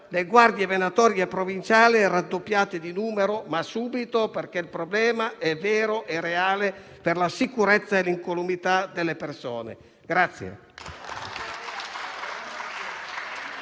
Le guardie venatorie provinciali vanno raddoppiate di numero, ma subito, perché il problema è vero e reale, per la sicurezza e l'incolumità delle persone. **Atti